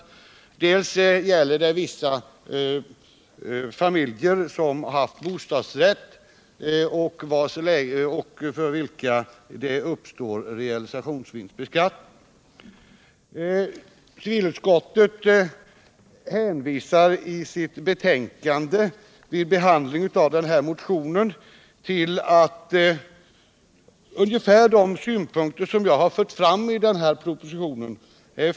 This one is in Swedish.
För det andra gäller det vissa familjer som haft bostadsrätt och för vilka det uppkommer realisationsvinstbeskattning. Civilutskottet hänvisar i sitt betänkande till ungefär de synpunkter som jag har fört fram i motionen.